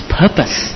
purpose